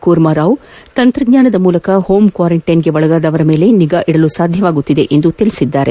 ಕೂರ್ಮರಾವ್ ತಂತ್ರಜ್ಞಾನದ ಮೂಲಕ ಹೋಂ ಕ್ವಾರಂಟ್ಲೆನ್ಗೆ ಒಳಗಾದವರ ಮೇಲೆ ನಿಗಾ ಇಡಲು ಸಾಧ್ಯವಾಗುತ್ತಿದೆ ಎಂದರು